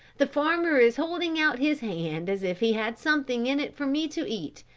the farmer is holding out his hand as if he had something in it for me to eat.